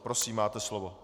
Prosím, máte slovo.